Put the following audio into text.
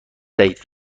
دهید